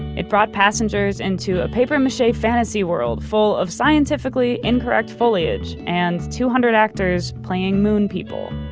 it brought passengers into a paper mache yeah fantasy world full of scientifically incorrect foliage and two hundred actors playing moon people.